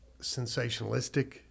sensationalistic